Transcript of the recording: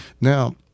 Now